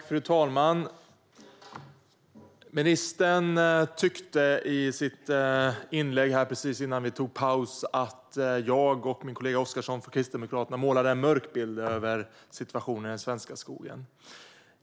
Fru talman! Ministern tyckte i sitt inlägg precis innan vi tog paus att jag och min kollega Oscarsson från Kristdemokraterna målade en mörk bild av situationen i den svenska skogen.